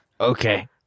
Okay